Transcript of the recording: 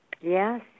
Yes